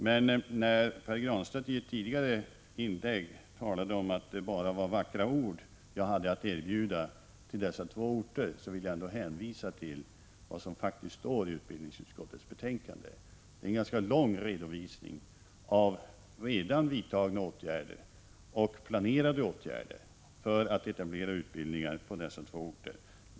Men när Pär Granstedt i ett tidigare inlägg talade om att jag bara hade vackra ord att erbjuda till dessa två utbildningsorter, vill jag ändå hänvisa till vad som faktiskt står i utbildningsutskottets betänkande. Där finns en ganska lång redovisning av åtgärder som redan är vidtagna och åtgärder som planeras för att man skall kunna åstadkomma etablering av utbildningar på dessa två orter.